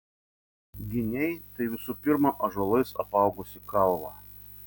giniai tai visų pirma ąžuolais apaugusi kalva